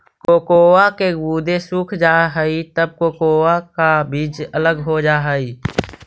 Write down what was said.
cocoa के गुदे सूख जा हई तब कोकोआ का बीज अलग हो जा हई